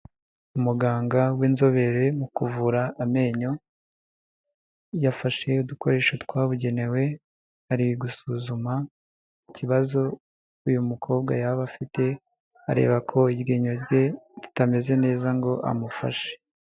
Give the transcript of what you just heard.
Umuganga w'inzobere mu kuvura amenyo, yafashe udukoresho twabugenewe ari gusuzuma ikibazo uyu mukobwa yaba afite areba ko iryinyo rye ritameze neza ngo amufashe.